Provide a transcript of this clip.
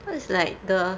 cause like the